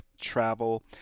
travel